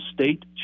state